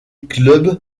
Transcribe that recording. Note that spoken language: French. club